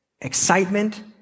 excitement